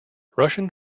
russian